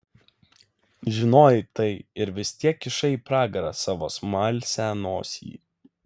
žinojai tai ir vis tiek kišai į pragarą savo smalsią nosį